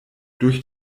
durch